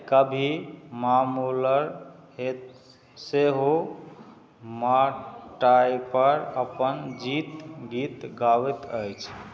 कभी मामूलर हेत सेहो मटाइपर अपन जीत गीत गाबैत अछि